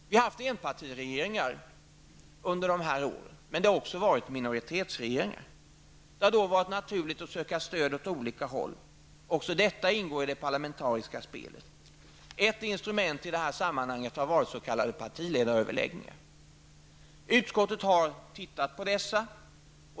Vi har haft enpartiregeringar under de här åren, men de har också varit minoritetsregeringar, varför det har varit naturligt att söka stöd åt olika håll. Detta ingår i det parlamentariska spelet. Ett instrument i detta sammanhang har varit s.k. Utskottet har behandlat dessa.